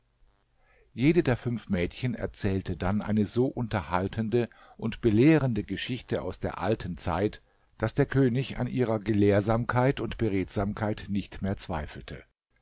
jede der fünf mädchen erzählte dann eine so unterhaltende und belehrende geschichte aus der alten zeit daß der könig an ihrer gelehrsamkeit und beredtsamkeit nicht mehr zweifelte